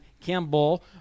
Campbell